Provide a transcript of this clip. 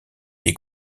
des